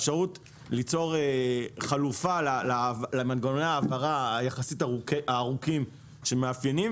אפשרות ליצור חלופה למנגנוני העברה היחסית ארוכים שמאפיינים